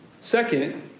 Second